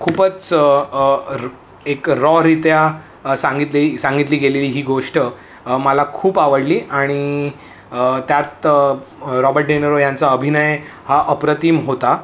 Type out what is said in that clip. खूपच र एक रॉरित्या सांगितलेली सांगितली गेलेली ही गोष्ट मला खूप आवडली आणि त्यात रॉबट डे नरो यांचा अभिनय हा अप्रतिम होता